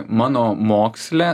mano moksle